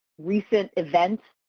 recent events